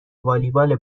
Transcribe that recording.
والیبال